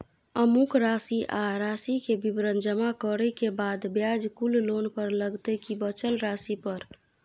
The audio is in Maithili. अमुक राशि आ राशि के विवरण जमा करै के बाद ब्याज कुल लोन पर लगतै की बचल राशि पर?